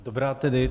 Dobrá tedy.